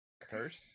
Curse